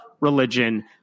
religion